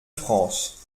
france